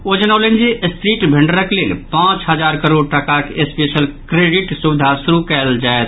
ओ जनौलनि जे स्ट्रीट भेंडरक लेल पांच हजार करोड़ टाकाक स्पेशल क्रोडिट सुविधा शुरू कयल जायत